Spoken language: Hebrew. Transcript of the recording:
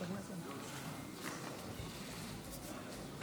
בן הרב ניסים והרבנית חפציבה,